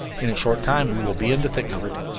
in a short time we will be in the thick of it.